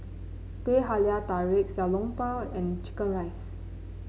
Teh Halia Tarik Xiao Long Bao and chicken rice